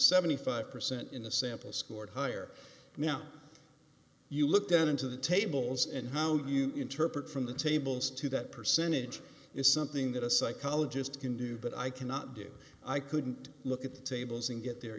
seventy five percent in the sample scored higher now you look down into the tables and how you interpret from the tables to that percentage is something that a psychologist can do but i cannot do i couldn't look at the tables and get there